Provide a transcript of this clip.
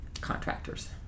contractors